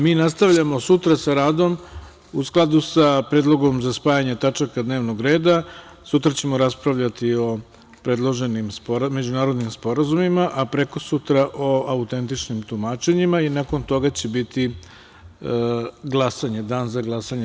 Mi nastavljamo sutra sa radom, a u skladu sa predlogom za spajanje tačaka dnevnog reda i sutra ćemo raspravljati o predloženim međunarodnim sporazumima, a prekosutra o autentičnim tumačenjima i nakon toga će biti dan za glasanje.